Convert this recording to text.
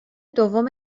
دوم